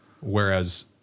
Whereas